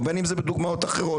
ובין אם זה בדוגמאות אחרות.